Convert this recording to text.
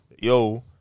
yo